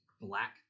black